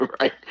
Right